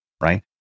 right